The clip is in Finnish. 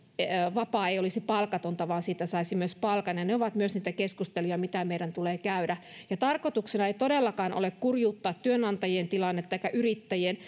vapaa ei olisi palkatonta vaan siitä saisi myös palkan ja ne ovat myös niitä keskusteluja mitä meidän tulee käydä tarkoituksena ei todellakaan ole kurjuuttaa työnantajien eikä yrittäjien